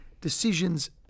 decisions